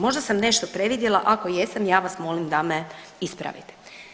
Možda sam nešto previdjela, ako jesam ja vas molim da me ispravite.